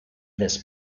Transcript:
this